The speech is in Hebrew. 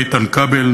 איתן כבל,